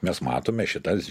mes matome šitas